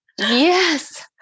Yes